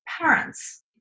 parents